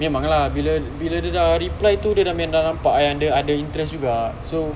memang lah bila bila dia dah reply tu dia dah nampak yang dia ada interest juga so